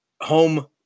home